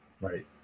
Right